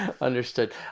Understood